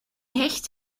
hecht